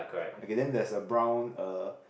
okay then there's a brown uh